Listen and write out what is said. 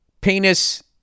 Penis